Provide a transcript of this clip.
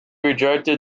rejected